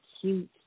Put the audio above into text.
cute